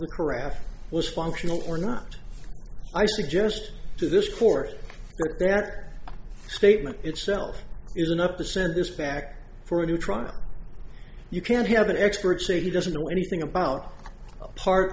qur'an was functional or not i suggest to this court that statement itself is enough to send this back for a new trial or you can have an expert say he doesn't know anything about part